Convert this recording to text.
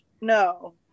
No